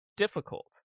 difficult